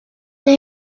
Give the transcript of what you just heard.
the